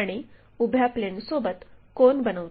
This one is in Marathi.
आणि उभ्या प्लेनसोबत कोन बनवतात